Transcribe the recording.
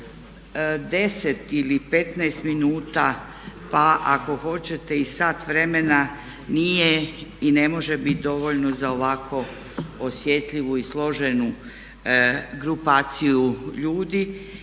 10 ili 15 minuta, pa ako hoćete i sat vremena nije i ne može bit dovoljno za ovako osjetljivu i složenu grupaciju ljudi